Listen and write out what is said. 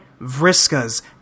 Vriska's